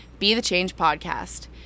bethechangepodcast